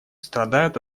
страдают